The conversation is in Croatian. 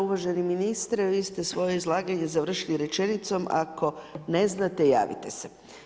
Uvaženi ministre, vi ste svoje izlaganje završili rečenicom: Ako ne znate javite se.